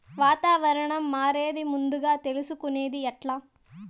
వాతావరణం మారేది ముందుగా తెలుసుకొనేది ఎట్లా?